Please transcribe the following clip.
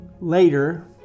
later